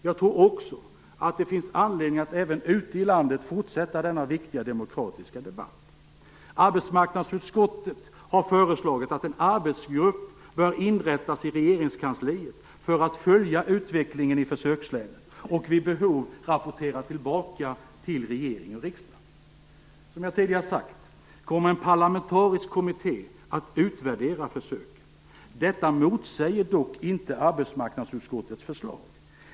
Jag tror också att det finns anledning att även ute i landet fortsätta denna viktiga demokratiska debatt. Arbetsmarknadsutskottet har föreslagit att en arbetsgrupp bör inrättas i regeringskansliet för att följa utvecklingen i försökslänen och vid behov rapportera tillbaka till regering och riksdag. Som jag tidigare har sagt kommer en parlamentarisk kommitté att utvärdera försöken. Detta motsäger dock inte arbetsmarknadsutskottets förslag.